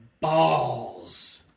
balls